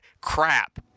crap